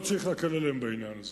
לא צריך להקל עליהם בעניין הזה.